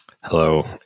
Hello